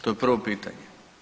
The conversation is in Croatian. To je prvo pitanje.